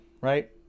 right